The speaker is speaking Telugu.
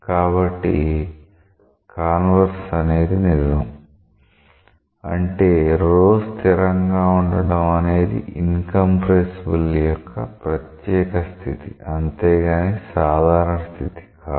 కాబట్టి కాన్వర్స్ అనేది నిజం అంటే ρ స్థిరంగా ఉండటం అనేది ఇన్ కంప్రెసిబుల్ యొక్క ప్రత్యేక స్థితి అంతేగాని సాధారణ స్థితి కాదు